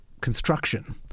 construction